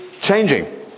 changing